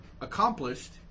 accomplished